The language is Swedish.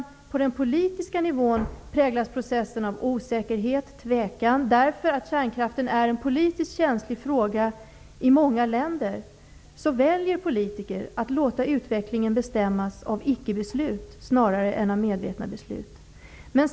På den politiska nivån präglas processen däremot av osäkerhet och tvekan. Eftersom kärnkraften i många länder är en politiskt känslig fråga väljer politiker att låta utvecklingen bestämmas av icke-beslut, snarare än av medvetna beslut.